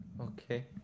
Okay